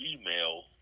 email